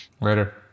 Later